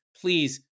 please